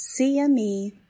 CME